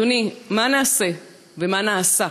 רצוני לשאול: אדוני, מה נעשֶה ומה נעשָה